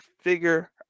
figure